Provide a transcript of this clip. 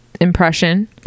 impression